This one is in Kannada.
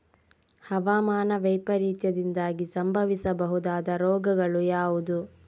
ಹವಾಮಾನ ವೈಪರೀತ್ಯದಿಂದಾಗಿ ಸಂಭವಿಸಬಹುದಾದ ರೋಗಗಳು ಯಾವುದು?